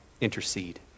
intercede